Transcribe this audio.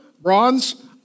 bronze